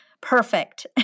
perfect